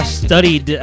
studied